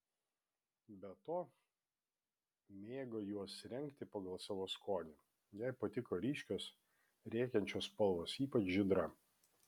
be to mėgo juos rengti pagal savo skonį jai patiko ryškios rėkiančios spalvos ypač žydra